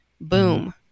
boom